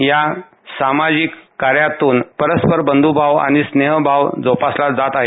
या सामाजिक कार्यातून परस्पर बंधूभाव आणि स्नेहभाव जोपासला जात आहे